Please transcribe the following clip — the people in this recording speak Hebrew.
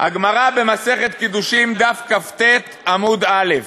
הגמרא במסכת קידושין, דף כ"ט עמ' א':